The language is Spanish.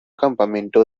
campamento